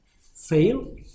fail